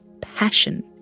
passion